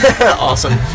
Awesome